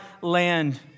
land